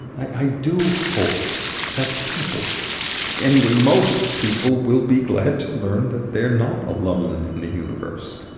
i do hope that people anyway, most people will be glad to learn that they're not alone in the universe.